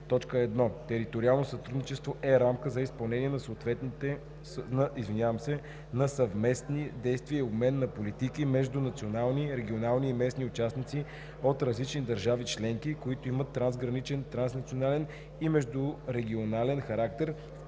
така: „1. „Териториално сътрудничество“ е рамка за изпълнение на съвместни действия и обмен на политики между национални, регионални и местни участници от различни държави членки, които имат трансграничен, транснационален и междурегионален характер,